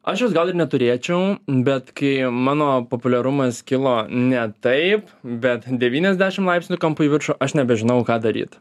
aš jos gal ir neturėčiau bet kai mano populiarumas kilo ne taip bet devyniasdešim laipsnių kampu į viršų aš nebežinojau ką daryt